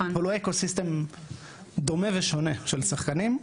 אבל הוא אקו סיסטם דומה ושונה של שחקנים,